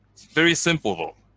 very simple though,